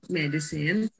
medicine